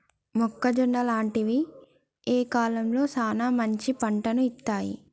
మొక్కజొన్న లాంటివి ఏ కాలంలో సానా మంచి పంటను ఇత్తయ్?